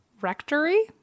Rectory